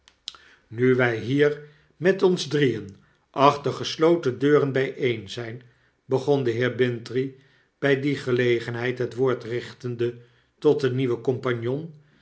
nu wy hier met ons drieen achter gesloten deuren byeen zyn begon de heer bintrey by die gelegenheid het woord richtende tot den nieuwen compagnon